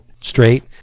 straight